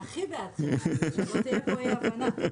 אני הכי בעד, שלא תהיה פה אי הבנה.